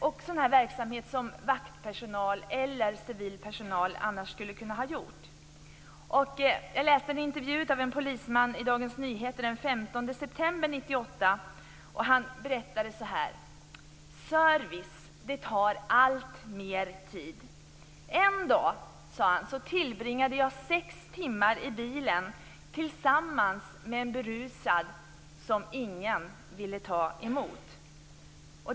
Det är sådan verksamhet som vaktpersonal eller civil personal skulle kunna sköta. Jag läste en intervju med en polisman i Dagens Nyheter den 15 september 1998, och han berättade: Service tar alltmer tid. En dag tillbringade jag sex timmar i bilen tillsammans med en berusad som ingen ville ta emot.